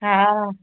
हा